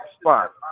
spot